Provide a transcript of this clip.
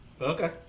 Okay